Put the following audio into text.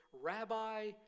Rabbi